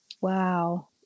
Wow